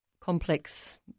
complex